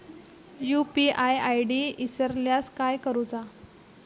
UPI ID इसरल्यास काय करुचा?